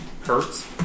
hurts